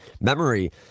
memory